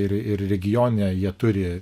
ir ir regione jie turi